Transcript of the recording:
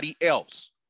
else